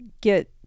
get